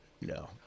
No